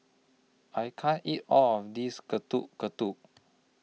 I can't eat All of This Getuk Getuk